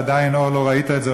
עדיין לא ראית את זה.